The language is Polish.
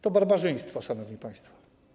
To barbarzyństwo, szanowni państwo.